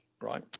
right